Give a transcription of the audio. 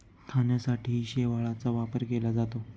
खाण्यासाठीही शेवाळाचा वापर केला जातो